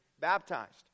baptized